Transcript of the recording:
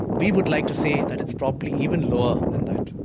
we would like to say that it's probably even lower than that.